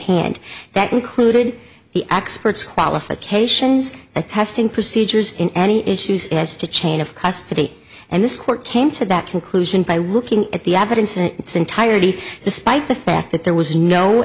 nd that included the experts qualifications a testing procedures in any issues as to chain of custody and this court came to that conclusion by looking at the evidence and it's entirety despite the fact that there was no